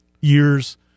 years—